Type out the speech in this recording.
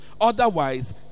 Otherwise